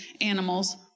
animals